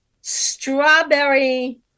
strawberry